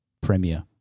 premier